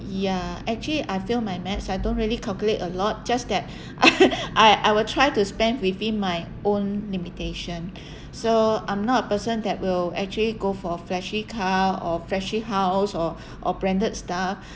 ya actually I fail my maths I don't really calculate a lot just that I I will try to spend within my own limitation so I'm not a person that will actually go for a flashy car or flashy house or or branded stuff